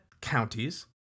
counties